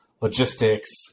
logistics